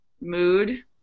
mood